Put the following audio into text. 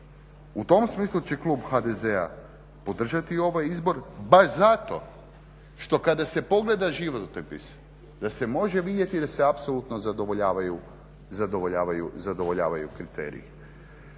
U tom smislu će klub HDZ-a podržati ovaj izbor, baš zato što kada se pogleda životopis da se može vidjeti da se apsolutno zadovoljavaju kriteriji.